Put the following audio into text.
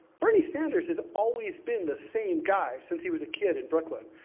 bernie sanders has always been the same guy since he was a kid in brooklyn.